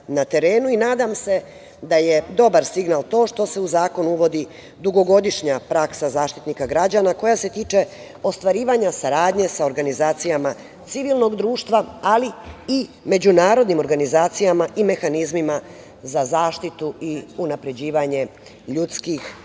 i nadam se da je dobar signal to što se u zakon uvodi dugogodišnja praksa Zaštitnika građana koja se tiče ostvarivanja saradnje sa organizacijama civilnog društva, ali i međunarodnim organizacijama i mehanizmima za zaštitu i unapređivanje ljudskih i